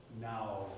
now